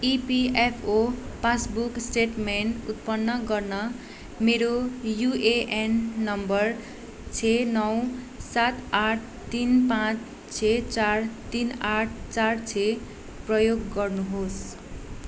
EPFO passbook statement उत्पन्न गर्न मेरो युएएन नम्बर छे नौ सात आठ तिन पाँच छे चार तिन आठ चार छ प्रयोग गर्नुहोस्